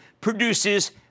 produces